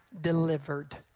delivered